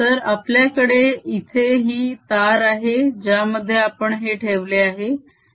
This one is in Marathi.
तर आपल्याकडे इथे ही तार आहे ज्यामध्ये आपण हे ठेवले आहे